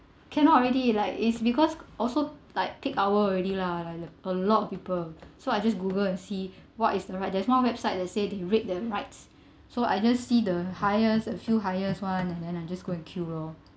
cannot already like it's because also like peak hour already lah like a lot of people so I just googled and see what is the ride there's one website that said the rate of the rides so I just see the highest few highest [one] and then I just go and queue loh